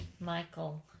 Michael